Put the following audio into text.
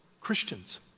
Christians